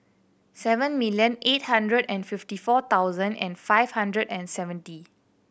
seven million eight hundred and fifty four thousand and five hundred and seventy